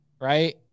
Right